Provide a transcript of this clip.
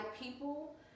people